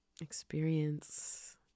experience